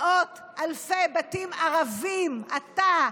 מאות אלפי בתים ערביים אתה מסדיר,